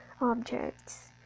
objects